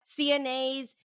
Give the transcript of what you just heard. CNAs